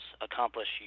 accomplish